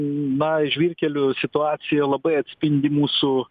na žvyrkelių situacija labai atspindi mūsų